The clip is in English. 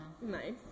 Nice